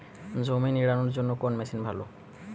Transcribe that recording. জমি নিড়ানোর জন্য কোন মেশিন ভালো?